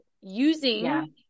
using